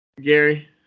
Gary –